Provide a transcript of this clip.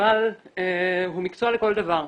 אבל הוא מקצוע לכל דבר,